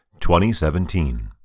2017